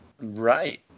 Right